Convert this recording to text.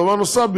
דבר נוסף,